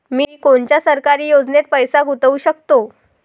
मी कोनच्या सरकारी योजनेत पैसा गुतवू शकतो?